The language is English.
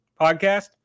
podcast